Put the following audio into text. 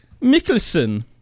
Mikkelsen